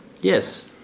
Yes